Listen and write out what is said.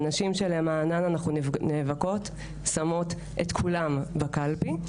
הנשים שלמענן אנחנו נאבקות שמות את כולם בקלפי.